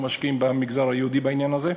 משקיעים במגזר היהודי בעניין הזה,